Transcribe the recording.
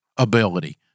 Ability